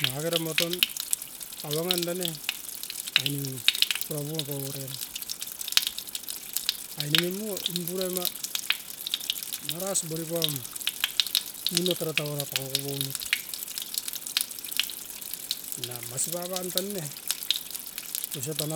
Nanga kera apaun era avangan era moton pura panamit tan. Nanga tan mangi nirewait tan utuan tan. Masi paun ne